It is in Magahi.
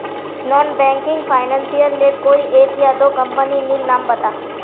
नॉन बैंकिंग फाइनेंशियल लेर कोई एक या दो कंपनी नीर नाम बता?